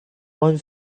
one